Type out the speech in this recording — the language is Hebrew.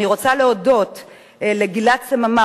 אני רוצה להודות לגלעד סממה,